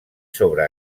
sobre